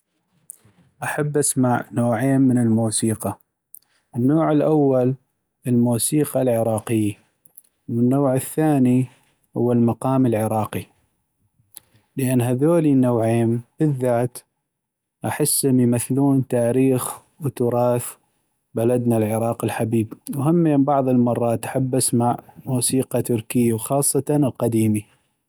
احب اسمع نوعين من الموسيقى ، النوع الأول الموسيقى العراقيي والنوع الثاني هو المقام العراقي ، لأن هذولي النوعين بالذات احسم يمثلون تاريخ وتراث بلدنا العراق الحبيب ، وهمين بعض المرات احب اسمع موسيقى تركيي وخاصة القديمي.